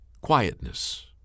Quietness